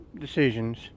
decisions